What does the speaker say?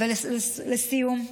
לסיום,